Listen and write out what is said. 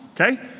okay